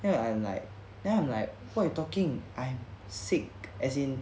then I am like then I'm like what you talking I'm sick as in